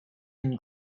and